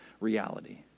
reality